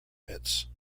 pits